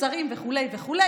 שרים" וכו' וכו'.